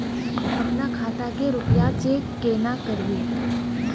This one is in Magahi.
अपना खाता के रुपया चेक केना करबे?